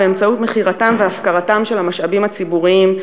באמצעות מכירתם והפקרתם של המשאבים הציבוריים,